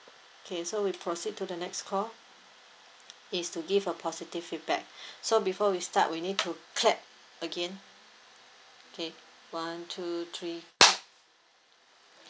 okay so we proceed to the next call it's to give a positive feedback so before we start we need to clap again okay one two three